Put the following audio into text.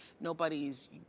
nobody's